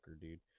dude